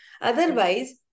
Otherwise